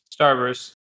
Starburst